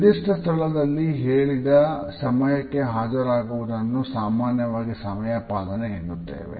ನಿರ್ದಿಷ್ಟ ಸ್ಥಳದಲ್ಲಿ ಹೇಳಿದ ಸಮಯಕ್ಕೆ ಹಾಜರಾಗುವುದನ್ನು ಸಾಮಾನ್ಯವಾಗಿ ಸಮಯಪಾಲನೆ ಎನ್ನುತ್ತೇವೆ